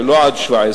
ולא עד שבע.